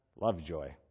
Lovejoy